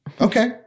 Okay